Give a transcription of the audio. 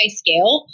scale